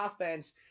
offense